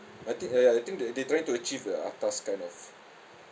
I think uh ya ya I think they they trying to achieve the atas kind of